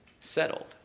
settled